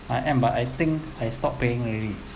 I am but I think I stopped paying already